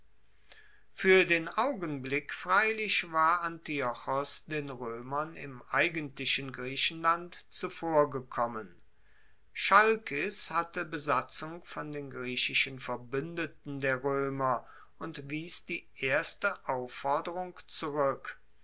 fuer den augenblick freilich war antiochos den roemern im eigentlichen griechenland zuvorgekommen chalkis hatte besatzung von den griechischen verbuendeten der roemer und wies die erste aufforderung zurueck